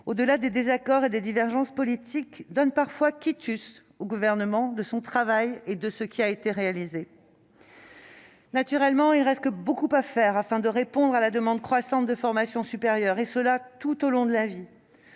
au-delà des désaccords et des divergences politiques, donne parfois quitus au Gouvernement de son travail et de ce qui a été réalisé. Naturellement, il reste beaucoup à faire afin de répondre à la demande croissante de formation supérieure, et cela tout au long de la vie.